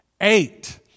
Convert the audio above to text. eight